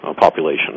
population